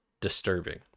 disturbing